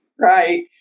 Right